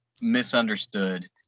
misunderstood